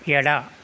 ಎಡ